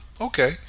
Okay